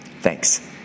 thanks